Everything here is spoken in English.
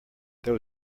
there